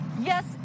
Yes